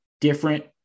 different